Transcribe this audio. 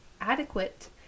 adequate